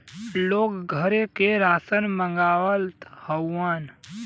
लोग घरे से रासन मंगवावत हउवन